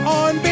on